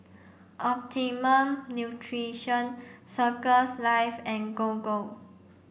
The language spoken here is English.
Optimum Nutrition Circles Life and Gogo